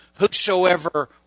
Whosoever